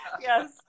Yes